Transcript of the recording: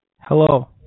Hello